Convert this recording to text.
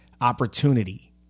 opportunity